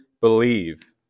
believe